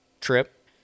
trip